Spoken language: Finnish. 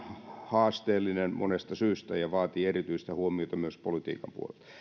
haasteellinen monesta syystä ja vaatii erityistä huomiota myös politiikan puolelta